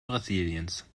brasiliens